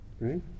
Right